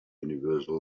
universal